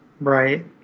Right